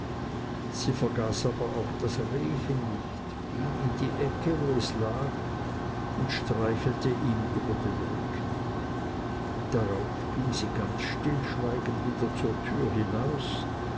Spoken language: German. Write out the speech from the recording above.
aber auch das rehchen nicht ging in die ecke wo es lag und streichelte ihm über den rücken darauf ging sie ganz stillschweigend wieder zur türe hinaus